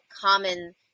common